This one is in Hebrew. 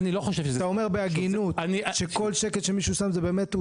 אתה אומר בהגינות שכל שקל שמישהו שם זה באמת הוא